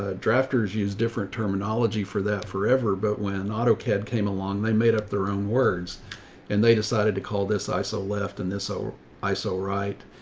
ah drafters use different terminology for that forever. but when autocad came along, they made up their own words and they decided to call this iso left and this old iso, right?